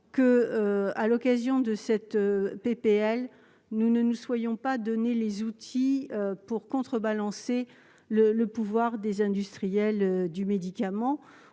que, à l'occasion de cette PPL, nous ne nous soyons pas donner les outils pour contrebalancer le le pouvoir des industriels du médicament,